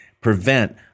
prevent